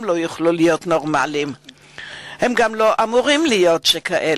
לא יוכלו להיות "נורמליים"; הם גם לא אמורים להיות כאלה.